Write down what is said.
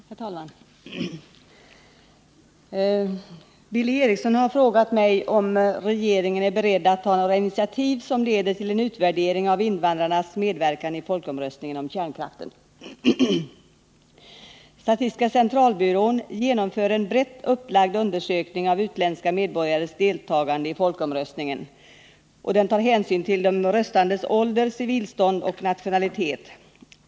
Herr talman! Billy Eriksson har frågat mig om regeringen är beredd att ta några initiativ som leder till en utvärdering av invandrarnas medverkan i folkomröstningen om kärnkraften. Statistiska centralbyrån genomför en brett upplagd undersökning av utländska medborgares deltagande i folkomröstningen, som tar hänsyn till de röstandes ålder, civilstånd och nationalitet.